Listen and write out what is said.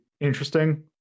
interesting